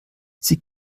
sie